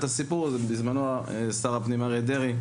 בזמנו שר הפנים, אריה דרעי,